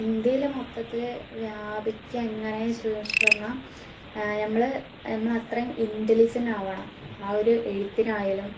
ഇന്ത്യയിൽ മൊത്തത്തിൽ വ്യാപിക്കുക ഏങ്ങനെ ചോദിച്ച് പറഞ്ഞാൽ നമ്മൾ നമ്മളത്രയും ഇൻ്റലിജൻ്റാവണം ആ ഒരു എഴുത്തിനായാലും